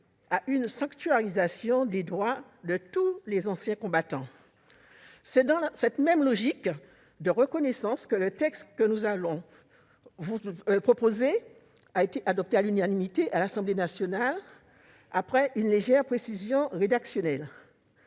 à sanctuariser les droits de tous les anciens combattants. C'est dans cette même logique de reconnaissance que le texte qui nous est proposé aujourd'hui a été adopté à l'unanimité par l'Assemblée nationale, après une légère modification rédactionnelle.